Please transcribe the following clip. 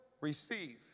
receive